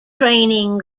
training